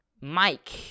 Mike